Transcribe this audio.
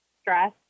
stress